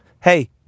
hey